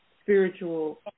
spiritual